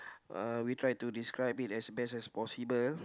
uh we try to describe it as best as possible